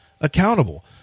accountable